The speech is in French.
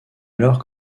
alors